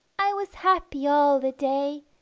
i was happy all the day,